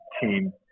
team